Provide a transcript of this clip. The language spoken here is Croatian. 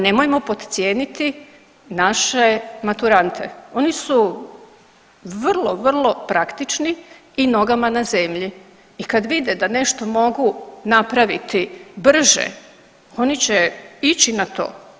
Nemojmo podcijeniti naše maturante, oni su vrlo, vrlo praktični i nogama na zemlji i kad vide da nešto mogu napraviti brže oni će ići na to.